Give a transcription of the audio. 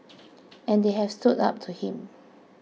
and they have stood up to him